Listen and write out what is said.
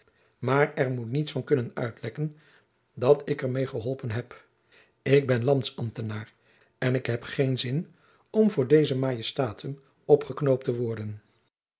maôr er moet niets van kunnen oetlekjacob van lennep de pleegzoon ken dat ik met eholpen heb ik ben landsambtenaar en heb geen zin om voor lezum majestatum op'eknoopt te worden